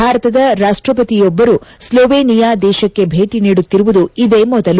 ಭಾರತದ ರಾಷ್ಟಪತಿಯೊಬ್ಬರು ಸ್ಲೊವೇನಿಯಾ ದೇಶಕ್ಕೆ ಭೇಟಿ ನೀಡುತ್ತಿರುವುದು ಇದೇ ಮೊದಲು